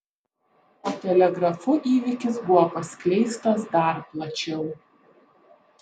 o telegrafu įvykis buvo paskleistas dar plačiau